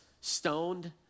stoned